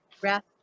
breath